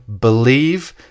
believe